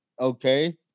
Okay